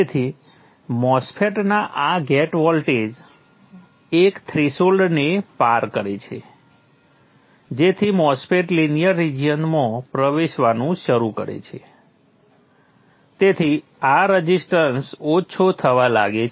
તેથી MOSFET ના gate voltage એક થ્રેશોલ્ડને પાર કરે છે જેથી MOSFET લિનિયર રીજીયનમાં પ્રવેશવાનું શરૂ કરે છે તેથી આ રઝિસ્ટન્સ ઓછો થવા લાગે છે